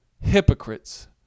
hypocrites